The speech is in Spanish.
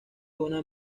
una